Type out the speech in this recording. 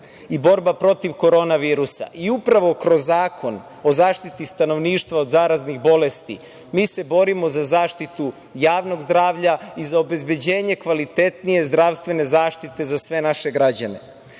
i borba protiv korona virisa. Upravo kroz Zakon o zaštiti stanovništva od zaraznih bolesti mi se borimo za zaštitu javnog zdravlja i za obezbeđenje kvalitetnije zdravstvene zaštite za sve naše građane.